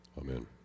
Amen